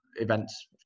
events